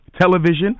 television